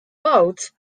boat